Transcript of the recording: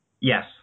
Yes